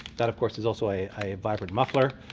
that of course is also a a vibrant muffler.